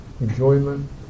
enjoyment